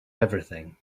everything